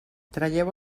traieu